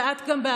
ואת גם,